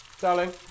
Darling